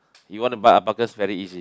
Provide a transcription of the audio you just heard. you wanna buy a alpacas very easy